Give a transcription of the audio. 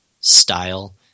style